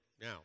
Now